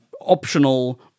optional